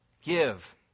Give